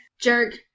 Jerk